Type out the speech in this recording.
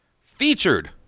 featured